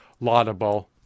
laudable